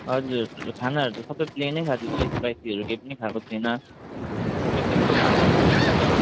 हजुर खानाहरू त सब प्लेन खाँदैछु स्पाइसीहरू केही पनि खाएको छैन सब सिम्पल खानाहरू मात्र खाँदैछु